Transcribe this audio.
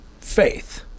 faith